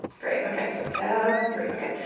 great. ok. so tab three. ok.